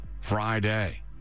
Friday